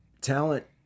talent